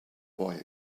boy